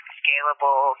scalable